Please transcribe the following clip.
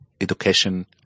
education